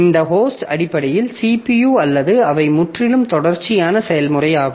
இந்த ஹோஸ்ட் அடிப்படையில் CPU அல்லது அவை முற்றிலும் தொடர்ச்சியான செயல்முறையாகும்